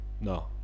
No